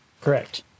Correct